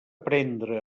prendre